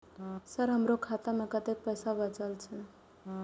Sir हमरो खाता में कतेक पैसा बचल छे?